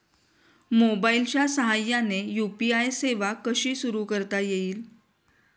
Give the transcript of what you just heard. मोबाईलच्या साहाय्याने यू.पी.आय सेवा कशी सुरू करता येईल?